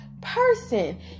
person